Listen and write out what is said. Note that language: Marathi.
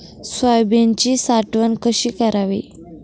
सोयाबीनची साठवण कशी करावी?